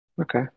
Okay